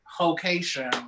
location